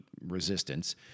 resistance